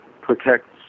protects